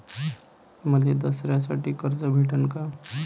मले दसऱ्यासाठी कर्ज भेटन का?